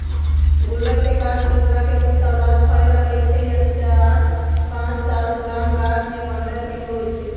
गुल्लर के गाछ रोपला के दू साल बाद फरे लगैए छइ आ चार पाच साल पुरान गाछमें पंडह किलो होइ छइ